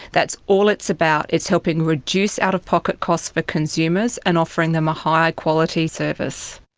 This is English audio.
that's all it's about, it's helping reduce out-of-pocket costs for consumers and offering them a higher quality service.